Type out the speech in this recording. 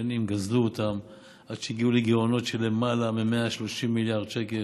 שנים גזלו אותן עד שהגיעו לגירעונות של למעלה מ-130 מיליארד שקל.